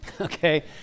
okay